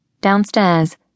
Downstairs